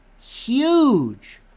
Huge